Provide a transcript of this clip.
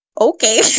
okay